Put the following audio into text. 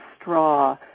straw